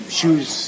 shoes